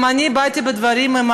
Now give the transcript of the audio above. גם אני באתי בדברים עם